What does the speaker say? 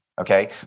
Okay